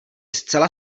zcela